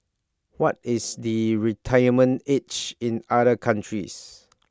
what is the retirement age in other countries